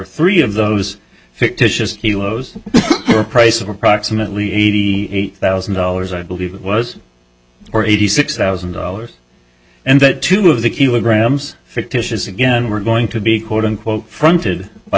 three of those fictitious the lowes price of approximately eighty eight thousand dollars i believe it was or eighty six thousand dollars and that two of the key were graham's fictitious again we're going to be quote unquote fronted by